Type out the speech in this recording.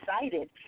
excited